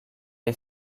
est